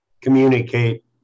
communicate